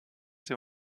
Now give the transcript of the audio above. sie